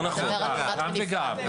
גם וגם.